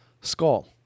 Skull